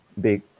big